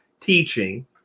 teaching